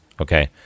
okay